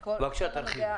בבקשה, תרחיבי.